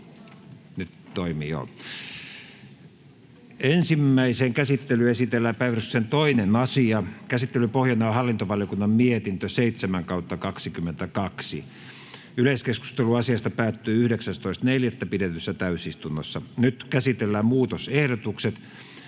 N/A Content: Ensimmäiseen käsittelyyn esitellään päiväjärjestyksen 2. asia. Käsittelyn pohjana on hallintovaliokunnan mietintö HaVM 7/2022 vp. Yleiskeskustelu asiasta päättyi 19.4.2022 pidetyssä täysistunnossa. Nyt käsitellään muutosehdotukset.